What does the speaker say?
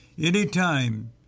Anytime